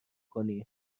کنیم